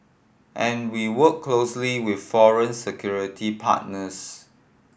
and we work closely with foreign security partners